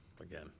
again